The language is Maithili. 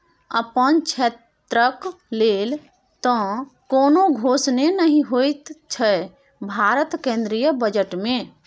अपन क्षेत्रक लेल तँ कोनो घोषणे नहि होएत छै भारतक केंद्रीय बजट मे